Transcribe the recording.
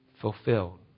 fulfilled